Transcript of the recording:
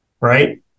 right